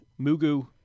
Mugu